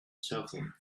shuffle